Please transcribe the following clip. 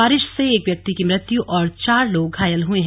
बारिश से एक व्यक्ति की मृत्यु और चार लोग घायल हुए हैं